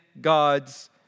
God's